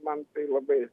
man tai labai